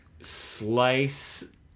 slice